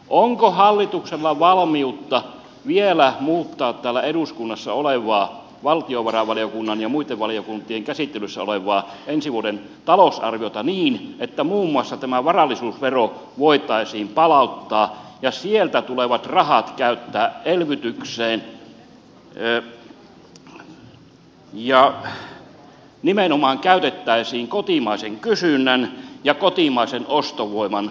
onko hallituksella valmiutta vielä muuttaa täällä eduskunnassa olevaa valtiovarainvaliokunnan ja muitten valiokuntien käsittelyssä olevaa ensi vuoden talousarviota niin että muun muassa tämä varallisuusvero voitaisiin palauttaa ja sieltä tulevat rahat käyttää elvytykseen ja nimenomaan kotimaisen kysynnän ja kotimaisen ostovoiman lisäämiseen